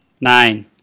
Nine